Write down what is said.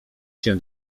się